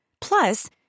Plus